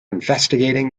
investigating